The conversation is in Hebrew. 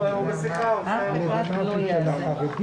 הישיבה ננעלה בשעה